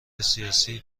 سیاسی